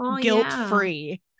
guilt-free